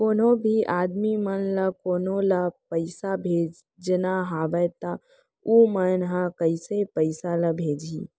कोन्हों भी आदमी मन ला कोनो ला पइसा भेजना हवय त उ मन ह कइसे पइसा ला भेजही?